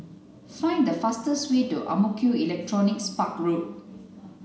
find the fastest way to Ang Mo Kio Electronics Park Road